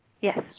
Yes